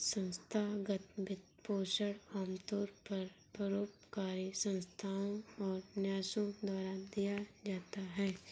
संस्थागत वित्तपोषण आमतौर पर परोपकारी संस्थाओ और न्यासों द्वारा दिया जाता है